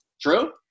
true